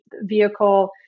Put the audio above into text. vehicle